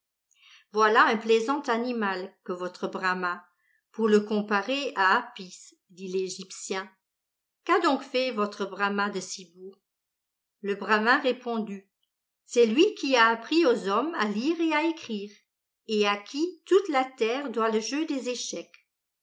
voilà un plaisant animal que votre brama pour le comparer à apis dit l'egyptien qu'a donc fait votre brama de si beau le bramin répondit c'est lui qui a appris aux hommes à lire et à écrire et à qui toute la terre doit le jeu des échecs